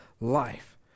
life